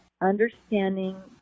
understanding